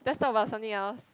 let's talk about something else